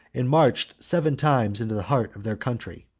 and marched seven times into the heart of their country.